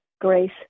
grace